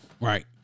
Right